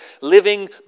living